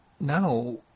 now